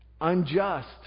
Unjust